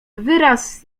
wyraz